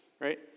right